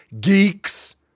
geeks